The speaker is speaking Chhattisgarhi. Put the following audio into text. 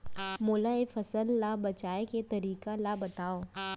ओला ले फसल ला बचाए के तरीका ला बतावव?